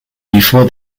before